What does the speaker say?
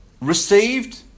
received